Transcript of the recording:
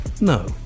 no